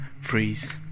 freeze